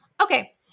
Okay